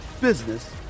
business